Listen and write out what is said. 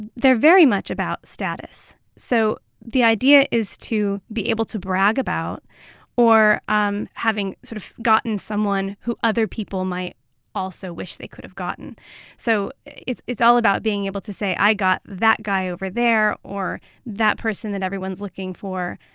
they're very much about status. so the idea is to be able to brag about or um having sort of gotten someone who other people might also wish they could have gotten so it's it's all about being able to say, i got that guy over there or that person that everyone's looking for,